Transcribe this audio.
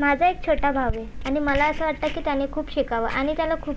माझा एक छोटा भाऊ आहे आणि मला असं वाटतं की त्यानी खूप शिकावं आणि त्याला खूप